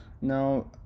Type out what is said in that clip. Now